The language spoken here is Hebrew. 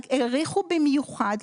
האריכו במיוחד,